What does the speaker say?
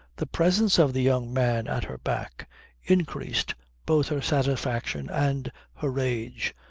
the presence of the young man at her back increased both her satisfaction and her rage.